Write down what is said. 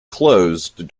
closed